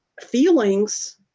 feelings